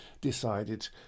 decided